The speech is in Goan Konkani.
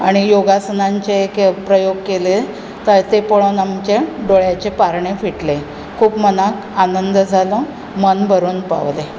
आनी योगासनांचे प्रयोग केले तें तें पळोवन आमचें दोळ्यांचे पारणे फिटलें खूब मनाक आनंद जालो मन भरून पावलें